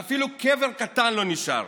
ואפילו קבר קטן לא נשאר.